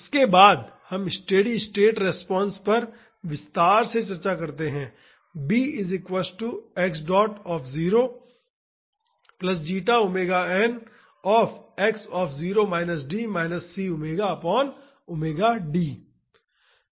उसके बाद हम स्टेडी स्टेट रिस्पांस पर विस्तार से चर्चा करते हैं